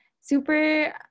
Super